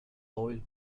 oil